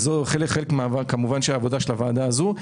שזה חלק מהעבודה של הוועדה הזאת,